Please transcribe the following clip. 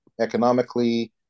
economically